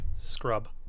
Scrub